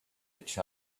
each